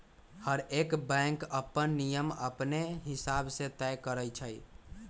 हरएक बैंक अप्पन नियम अपने हिसाब से तय करई छई